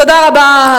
תודה רבה,